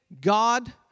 God